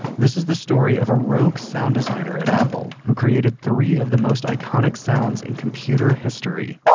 this is the story of a rogue sound designer at apple who created three of the most iconic sounds in computer history